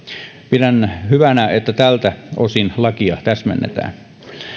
pidän hyvänä että tältä osin lakia täsmennetään